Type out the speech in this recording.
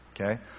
okay